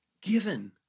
given